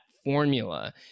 formula